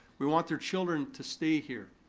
we want their children to stay here.